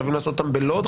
חייבים לעשות זאת בלוד,